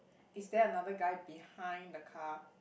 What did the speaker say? is there another guy behind the car